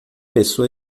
pessoa